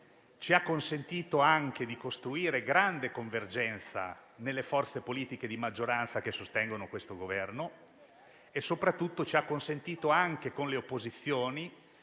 ci ha consentito anche di costruire grande convergenza nelle forze politiche di maggioranza che sostengono questo Governo e soprattutto di lavorare anche con le opposizioni,